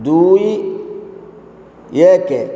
ଦୁଇ ଏକ